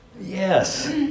yes